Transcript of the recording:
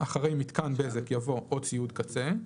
אחרי "מיתקן בזק" יבוא "או ציוד קצה";